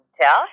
tell